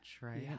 right